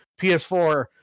PS4